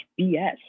BS